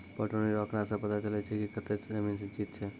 पटौनी रो आँकड़ा से पता चलै छै कि कतै जमीन सिंचित छै